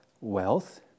wealth